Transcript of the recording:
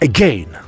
Again